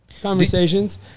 conversations